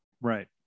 right